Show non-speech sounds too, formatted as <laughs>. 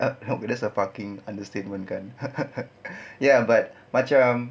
help help that's a fucking understatement kan <laughs> ya but macam